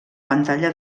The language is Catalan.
pantalla